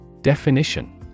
Definition